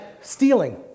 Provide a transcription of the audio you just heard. Stealing